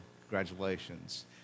congratulations